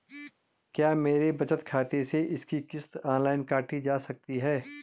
क्या मेरे बचत खाते से इसकी किश्त ऑनलाइन काटी जा सकती है?